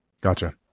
Gotcha